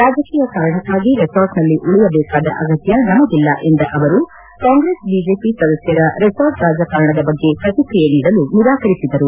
ರಾಜಕೀಯ ಕಾರಣಕ್ಕಾಗಿ ರೆಸಾರ್ಟ್ನಲ್ಲಿ ಉಳಿಯಬೇಕಾದ ಅಗತ್ತ ನಮಗಿಲ್ಲ ಎಂದ ಅವರು ಕಾಂಗ್ರೆಸ್ ಬಿಜೆಪಿ ಸದಸ್ಯರ ರೆಸಾರ್ಟ್ ರಾಜಕಾರಣದ ಬಗ್ಗೆ ಪ್ರತಿಕ್ರಿಯೆ ನೀಡಲು ನಿರಾಕರಿಸಿದರು